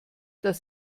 dass